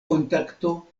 kontakto